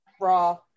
Raw